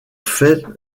fait